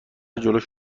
جلوش